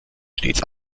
stets